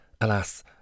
Alas